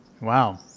Wow